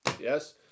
Yes